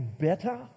better